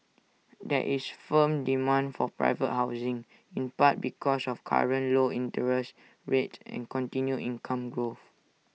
there is firm demand for private housing in part because of current low interest rates and continued income growth